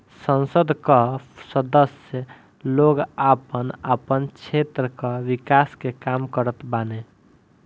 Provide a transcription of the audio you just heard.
संसद कअ सदस्य लोग आपन आपन क्षेत्र कअ विकास के काम करत बाने